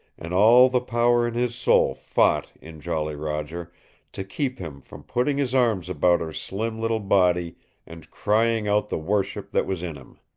and all the power in his soul fought in jolly roger to keep him from putting his arms about her slim little body and crying out the worship that was in him.